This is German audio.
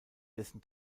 dessen